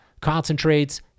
concentrates